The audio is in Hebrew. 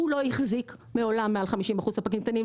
הוא לא החזיק מעולם מעל ל-50% ספקים קטנים,